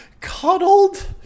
cuddled